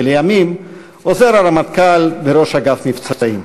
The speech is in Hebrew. ולימים עוזר הרמטכ"ל וראש אגף מבצעים.